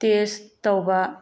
test ꯇꯧꯕ